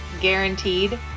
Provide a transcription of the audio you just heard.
guaranteed